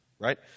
right